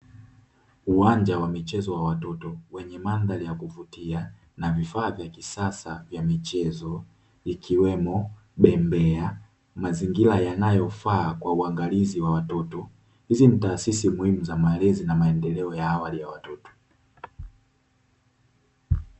Uwanja wa michezo wa watoto wenye mandhari ya kuvutia na vifaa vya kisasa vya michezo ikiwemo bembea, mazingira yanayofaa kwa uangalizi wa watoto. Hizi ni taasisi muhimu za malezi na maendeleo ya awali ya watoto.